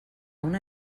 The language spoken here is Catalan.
una